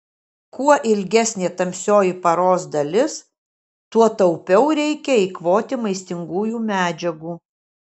kuo ilgesnė tamsioji paros dalis tuo taupiau reikia eikvoti maistingųjų medžiagų